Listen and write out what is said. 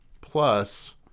plus